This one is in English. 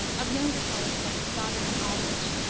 of younger poets, like stoddard and aldrich,